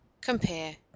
Compare